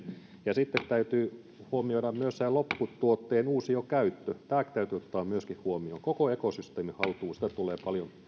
ja sitten täytyy huomioida myös sen lopputuotteen uusiokäyttö tämäkin täytyy ottaa myöskin huomioon koko ekosysteemi haltuun siitä tulee paljon